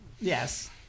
yes